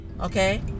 Okay